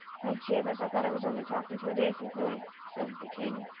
by jabers, i thought i was only talking to a dacent boy, says the king.